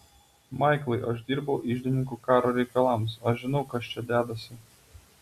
maiklai aš dirbau iždininku karo reikalams aš žinau kas čia dedasi